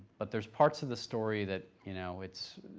but there are parts of the story that, you know, it's,